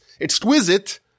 exquisite